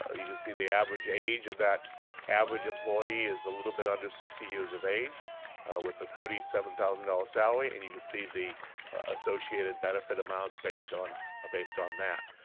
ah you can see the average age of that average employee is a little bit under sixty years of age with the thirty seven thousand dollars salary and you can see the associated benefit amounts based on ah based on that.